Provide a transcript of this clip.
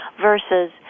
versus